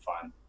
fun